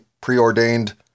preordained